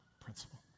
principle